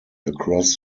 across